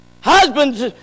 Husbands